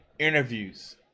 Interviews